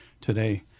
today